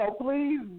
please